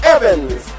Evans